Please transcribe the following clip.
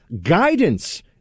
guidance